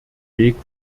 weg